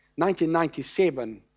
1997